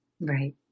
Right